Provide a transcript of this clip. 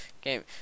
game